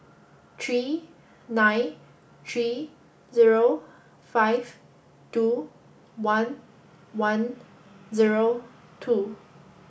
three nine three zero five two one one zero two